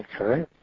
Okay